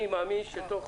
אני מאמין שתוך